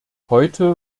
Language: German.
heute